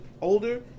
older